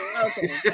Okay